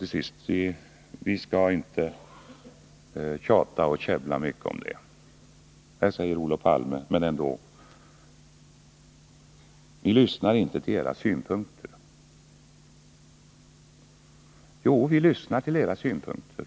Till sist: Vi skall inte tjata och käbbla mycket om det, men här säger Olof Palme att vi inte lyssnar på socialdemokraternas synpunkter. Jo, vi lyssnar till era synpunkter.